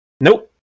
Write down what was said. Nope